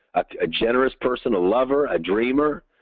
a generous person a lover, a dreamer.